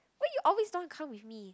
why you always don't want come with me